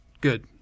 Good